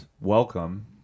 welcome